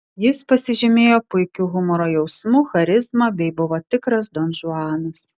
jis pasižymėjo puikiu humoro jausmu charizma bei buvo tikras donžuanas